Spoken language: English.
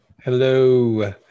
hello